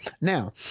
Now